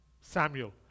Samuel